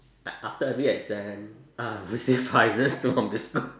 like after every exam ah receive prizes from the school